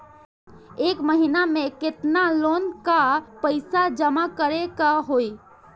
एक महिना मे केतना लोन क पईसा जमा करे क होइ?